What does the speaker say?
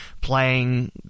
playing